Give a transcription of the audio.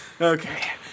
Okay